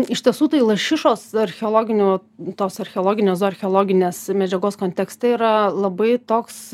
iš tiesų tai lašišos archeologinių tos archeologinės zooarcheologinės medžiagos kontekste yra labai toks